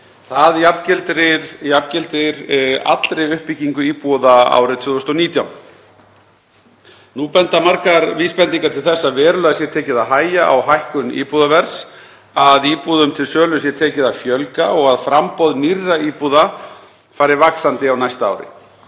Það jafngildir allri uppbyggingu íbúða árið 2019. Nú eru margar vísbendingar til þess að verulega sé tekið að hægja á hækkun íbúðaverðs, að íbúðum til sölu sé tekið að fjölga og að framboð nýrra íbúða fari vaxandi á næsta ári.